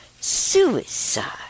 Suicide